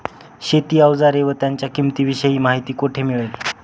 शेती औजारे व त्यांच्या किंमतीविषयी माहिती कोठे मिळेल?